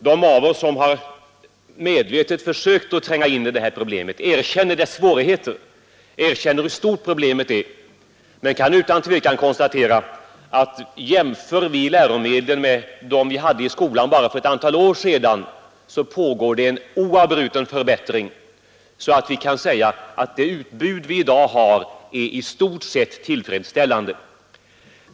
De av oss som medvetet har försökt tränga in i detta problem ser stora svårigheter, men kan utan tvekan konstatera att jämför vi läromedlen med dem vi hade i skolan bara för några år sedan så finner vi att det pågår en oavbruten förbättring så att vi kan säga att det utbud vi har i dag är i stort sett tillfredsställande.